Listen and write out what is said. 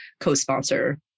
Co-sponsor